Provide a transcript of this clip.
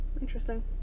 Interesting